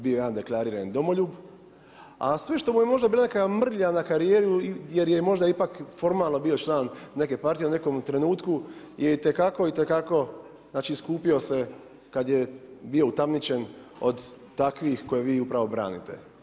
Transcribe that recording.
Bio je jedan deklariran domoljub a sve što mu je možda bila kao mrlja na karijeri jer je možda ipak formalno bio član neke partije u nekom trenutku je itekako, itekako, znači iskupio se kad je bio utamničen od takvih koje vi upravo branite.